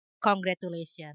Congratulations